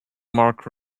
mark